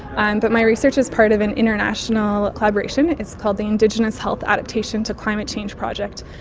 and but my research is part of an international collaboration, it's called the indigenous health adaptation to climate change project,